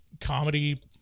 comedy